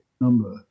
number